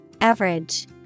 Average